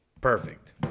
Perfect